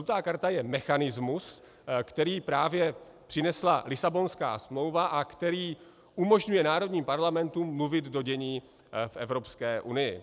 Žlutá karta je mechanismus, který právě přinesla Lisabonská smlouva a který umožňuje národním parlamentům mluvit do dění v Evropské unii.